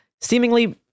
seemingly